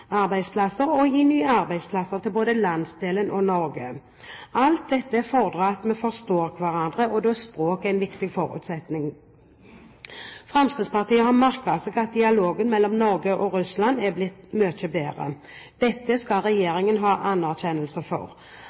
arbeidsplasser og gi nye arbeidsplasser til landsdelen og til Norge for øvrig. Alt dette fordrer at vi forstår hverandre, og da er språk en viktig forutsetning. Fremskrittspartiet har merket seg at dialogen mellom Norge og Russland er blitt mye bedre. Dette skal regjeringen ha anerkjennelse for.